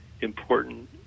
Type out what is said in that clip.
important